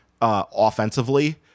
offensively